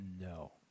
No